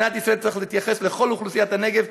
מדינת ישראל צריכה להתייחס לכל אוכלוסיית הנגב,